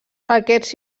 aquests